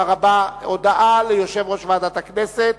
הודעה ליושב-ראש ועדת הכנסת,